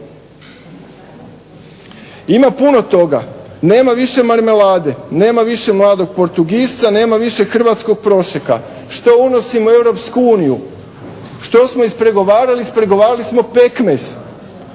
Ima puno toga, nema više marmelade, nema više mladog Portugisca, nema više hrvatskog Prošeka. Što unosimo u EU' što smo ispregovarali? Ispregovarali smo pekmez.